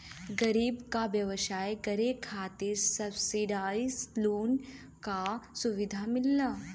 गरीब क व्यवसाय करे खातिर सब्सिडाइज लोन क सुविधा मिलला